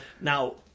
now